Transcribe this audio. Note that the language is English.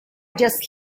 just